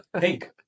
Pink